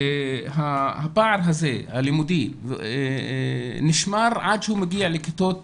הפער הזה הלימודי נשמר עד שהוא מגיע לכיתות